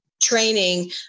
training